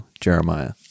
Jeremiah